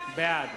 בעד